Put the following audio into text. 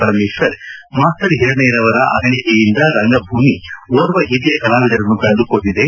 Parameshwar master ಹಿರಣ್ಣಯ್ಥನವರ ಆಗಲಿಕೆಯಿಂದ ರಂಗಭೂಮಿ ಓರ್ವ ಹಿರಿಯ ಕಲಾವಿದರನ್ನು ಕಳೆದುಕೊಂಡಿದೆ